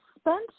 spent